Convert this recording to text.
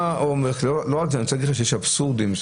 לא רק זה, יש אבסורדים.